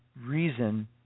reason